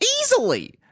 easily